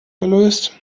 gelöst